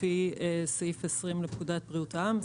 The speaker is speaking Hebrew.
לפי סעיף 20 לפקודת בריאות העם.